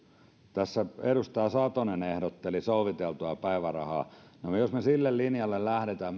tässä edustaja satonen ehdotteli soviteltua päivärahaa jos me sille linjalle lähdemme